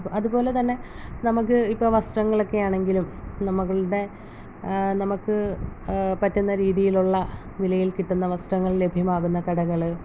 അത് അതുപോലെതന്നെ നമുക്ക് ഇപ്പോൾ വസ്ത്രങ്ങളൊക്കെ ആണെങ്കിലും നമ്മളുടെ നമുക്ക് പറ്റുന്ന രീതിയിലുള്ള വിലയിൽ കിട്ടുന്ന വസ്ത്രങ്ങൾ ലഭ്യമാകുന്ന കടകള്